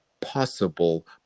possible